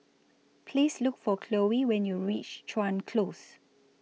Please Look For Khloe when YOU REACH Chuan Close